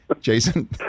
jason